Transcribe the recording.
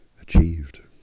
achieved